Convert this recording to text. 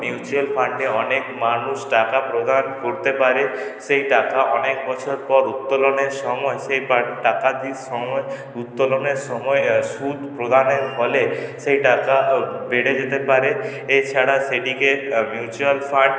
mutual ফান্ডে অনেক মানুষ টাকা প্রদান করতে পারে সেই টাকা অনেক বছর পর উত্তোলনের সময় সেই ডাকাতির উত্তোলনের সময় সুদ প্রদানের ফলে সেই টাকা বেড়ে যেতে পারে এছাড়া সেইদিকে মিউচুয়াল ফান্ড